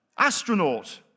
Astronaut